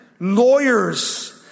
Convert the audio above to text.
Lawyers